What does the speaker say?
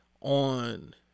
on